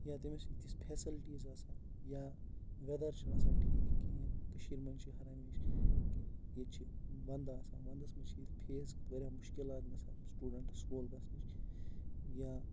یا تٔمِس چھِنہٕ تِژھ فیسَلٹیٖز آسان یا ویدَر چھِنہٕ آسان ٹھیٖک کِہیٖنۍ کٔشیٖرِ منٛز چھِ ہر ہمیشہ کہِ ییٚتہِ چھِ وَندٕ آسان وَندَس منٛز چھِ ییٚتہِ فیز واریاہ مُشکلات گژھان سٹوٗڈَنٹَس سکوٗل گژھنٕکۍ یا